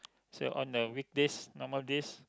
is a on the weekdays normal days